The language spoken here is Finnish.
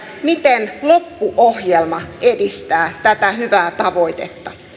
miten loppuohjelma edistää tätä hyvää tavoitetta